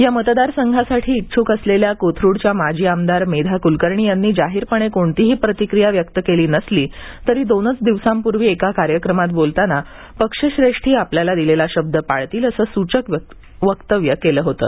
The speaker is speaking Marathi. या मतदार संघासाठी इच्छुक असलेल्या कोथरूडच्या माजी आमदार मेधा कुलकर्णी यांनी जाहीरपणे कोणतीही प्रतिक्रिया व्यक्त केली नसली तरी दोनच दिवसांपूर्वी एका कार्यक्रमात बोलताना पक्षश्रेष्ठी आपल्याला दिलेला शब्द पाळतील असं सूचक वक्तव्य केलं होतं